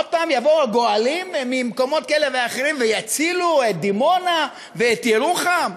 עוד פעם יבואו הגואלים ממקומות כאלה ואחרים ויצילו את דימונה ואת ירוחם?